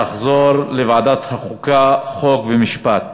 התשע"ג 2013, לוועדת החוקה, חוק ומשפט